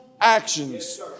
actions